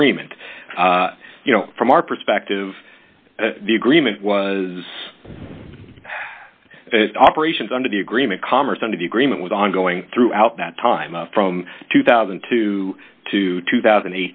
agreement you know from our perspective the agreement was operations under the agreement commerce under the agreement was ongoing throughout that time from two thousand and two to two thousand